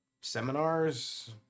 seminars